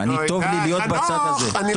טוב לי להיות בצד הזה.